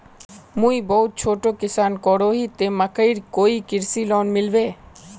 मुई बहुत छोटो किसान करोही ते मकईर कोई कृषि लोन मिलबे?